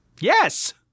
Yes